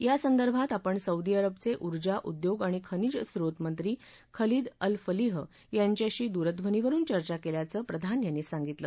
यासंदर्भात आपण सौदी अरबचे उर्जा उद्योग आणि खनिज स्रोत मंत्री खलिद अलफलिह यांच्याशी दूरध्वनीवरुन चर्चा केल्याचं प्रधान यांनी सांगितलं